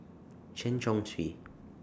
Chen Chong Swee